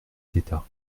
d’état